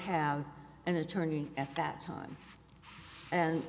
have an attorney at that time and